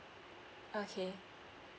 okay